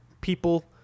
people